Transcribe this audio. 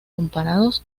comparados